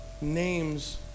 names